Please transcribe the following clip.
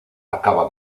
acaba